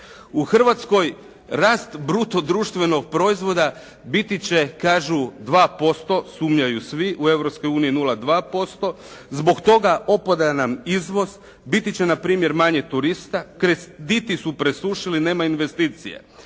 U Hrvatskoj rast bruto društvenog proizvoda biti će kažu 2%, sumnjaju svi, u Europskoj uniji 0,2%. Zbog toga opada nam izvoz. Biti će na primjer manje turista. Krediti su presušili, nema investicije.